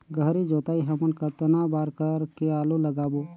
गहरी जोताई हमन कतना बार कर के आलू लगाबो?